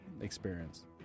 experience